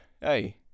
Hey